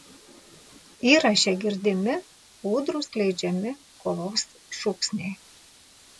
įraše girdimi ūdrų skleidžiami kovos šūksniai